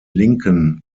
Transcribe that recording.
linken